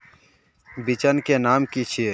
बिचन के नाम की छिये?